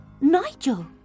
Nigel